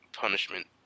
punishment